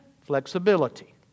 flexibility